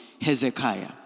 Hezekiah